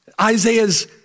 Isaiah's